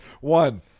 one